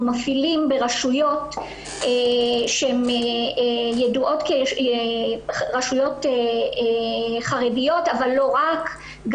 אנחנו מפעילים ברשויות שהן ידועות כרשויות חרדיות אבל לא רק,